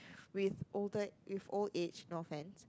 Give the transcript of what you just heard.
with older with old age for men